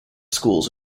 schools